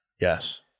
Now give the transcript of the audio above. Yes